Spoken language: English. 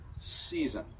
season